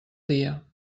dia